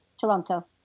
Toronto